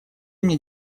мне